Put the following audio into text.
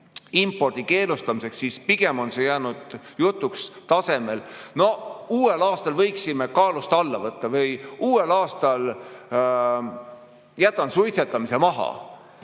gaasiimpordi keelustamisest, siis pigem on see jäänud jutuks tasemel "no uuel aastal võiksime kaalust alla võtta" või "uuel aastal jätan suitsetamise maha".